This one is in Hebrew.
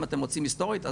אם אתם רוצים היסטורית,